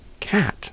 cat